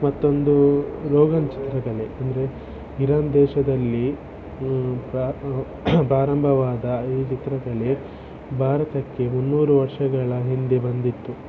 ಮತ್ತೊಂದು ರೋಗನ್ ಚಿತ್ರಕಲೆ ಅಂದರೆ ಇರಾನ್ ದೇಶದಲ್ಲಿ ಕಾ ಪ್ರಾರಂಭವಾದ ಈ ಚಿತ್ರಕಲೆ ಭಾರತಕ್ಕೆ ಮುನ್ನೂರು ವರ್ಷಗಳ ಹಿಂದೆ ಬಂದಿತ್ತು